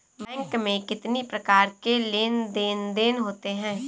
Bank में कितनी प्रकार के लेन देन देन होते हैं?